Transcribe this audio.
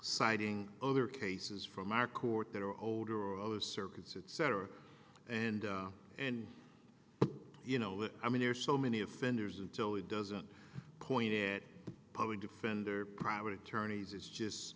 citing other cases from our court that are older or other circuits etc and and you know that i mean there's so many offenders until it doesn't point it public defender private attorneys it's just